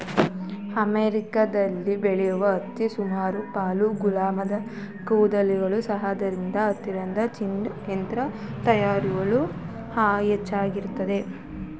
ಅಮೆರಿಕದಲ್ಲಿ ಬೆಳೆದ ಹತ್ತಿ ಸುಮಾರು ಪಾಲು ಗುಲಾಮ ಕೂಲಿಗಾರರ ಸಹಾಯದಿಂದ ಆಗುತ್ತಿತ್ತು ಜಿನ್ನಿಂಗ್ ಯಂತ್ರದ ತರುವಾಯ ಹೆಚ್ಚಾಯಿತು